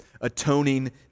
atoning